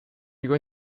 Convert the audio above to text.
you